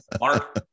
Mark